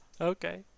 okay